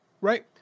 right